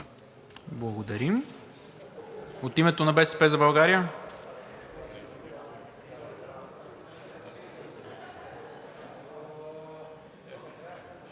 Благодаря. От името на „БСП за България“?